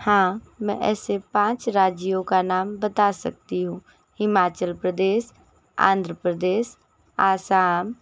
हाँ मैं ऐसे पाँच राज्यों का नाम बता सकती हूँ हिमाचल प्रदेश आंध्र प्रदेश असम